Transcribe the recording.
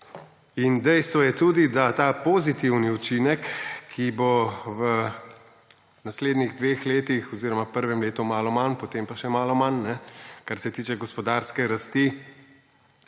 Dejstvo je tudi, da je ta pozitivni učinek, ki ga bo v naslednjih dveh letih oziroma v prvem letu malo manj, potem pa še malo manj, kar se tiče gospodarske rasti,